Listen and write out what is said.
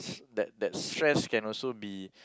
that that stress can also be